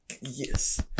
Yes